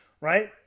right